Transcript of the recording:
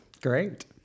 Great